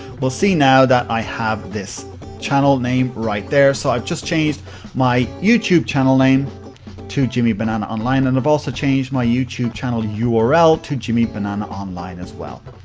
we'll see now, that i have this channel name, right there. so, i've just changed my youtube channel name to jimmybananaonline and i've, also, changed my youtube channel ah url to jimmybananaonline, as well.